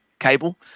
cable